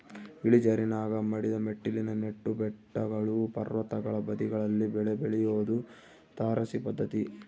ಇಳಿಜಾರಿನಾಗ ಮಡಿದ ಮೆಟ್ಟಿಲಿನ ನೆಟ್ಟು ಬೆಟ್ಟಗಳು ಪರ್ವತಗಳ ಬದಿಗಳಲ್ಲಿ ಬೆಳೆ ಬೆಳಿಯೋದು ತಾರಸಿ ಪದ್ಧತಿ